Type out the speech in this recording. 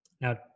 Now